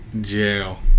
Jail